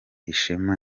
ishema